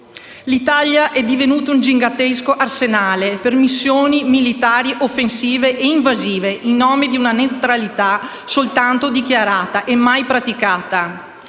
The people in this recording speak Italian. L'Italia è divenuta un gigantesco arsenale per missioni militari offensive ed invasive in nome di una neutralità soltanto dichiarata e mai praticata.